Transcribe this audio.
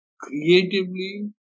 creatively